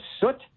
soot